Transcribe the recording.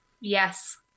Yes